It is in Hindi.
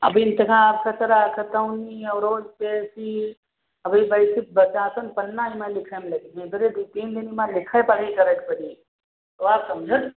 अब इन तरह खसरा खतउनी और रोज पेसी अभी बैठ के बच्चा सान पन्ना एमा लिखै में लगिहें एह बरे दु तीन दिन मा लिखै पढ़ी करै के पड़ी तो आप समझत